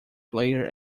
player